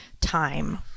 time